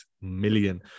million